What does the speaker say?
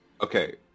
Okay